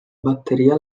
batteria